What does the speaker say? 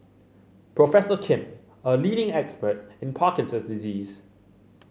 Professor Kim a leading expert in Parkinson's disease